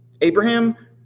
Abraham